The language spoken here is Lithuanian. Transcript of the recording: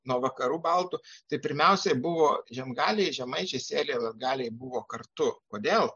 nuo vakarų baltų tai pirmiausia buvo žiemgaliai žemaičiai sėliai latgaliai buvo kartu kodėl